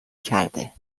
کرده